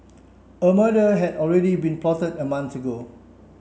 a murder had already been plotted a month ago